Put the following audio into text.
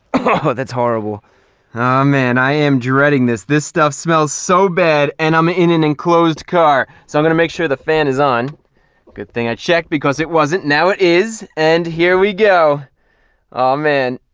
oh, that's horrible man, i am dreading this this stuff smells so bad and i'm in an enclosed car so i'm gonna make sure the fan is on good thing. i checked because it wasn't now it is and here we go man